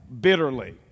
bitterly